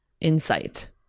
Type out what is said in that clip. insight